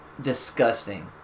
disgusting